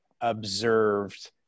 observed